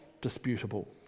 disputable